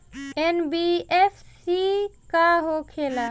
NBFC का होंखे ला?